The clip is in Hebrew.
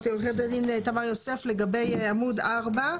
עורכת הדין תמר יוסף, לגבי עמוד 4,